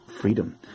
freedom